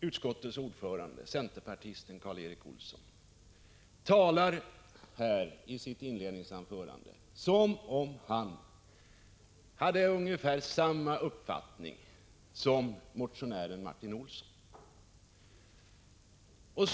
Utskottets ordförande, centerpartisten Karl Erik Olsson, talade i sitt inledningsanförande som om han hade ungefär samma uppfattning som motionären Martin Olsson.